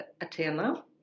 Athena